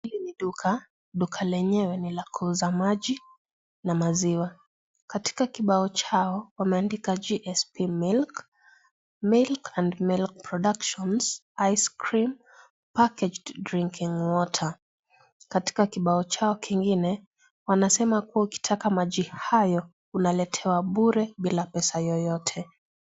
Hili ni duka , duka lenyewe nila kuuza maji na maziwa katika kibao chao wameandika JSP milk, milk and milk productions ice cream packaged drinking water katika kibao chao kingine wanasema kuwa ukitaka maji hayo unaletewa bure bila pesa yoyote.